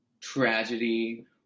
tragedy